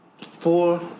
four